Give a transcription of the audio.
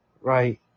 Right